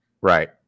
right